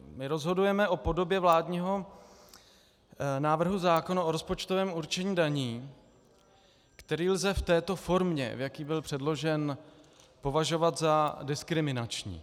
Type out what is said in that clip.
My rozhodujeme o podobě vládního návrhu zákona o rozpočtovém určení daní, který lze v této formě, v jaké byl předložen, považovat za diskriminační.